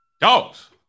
dogs